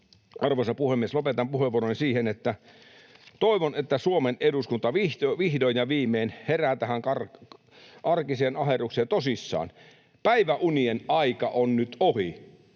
Arvoisa puhemies! Lopetan puheenvuoroni siihen, että toivon, että Suomen eduskunta vihdoin ja viimein herää tähän arkiseen aherrukseen tosissaan. Päiväunien aika on nyt ohi.